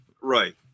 Right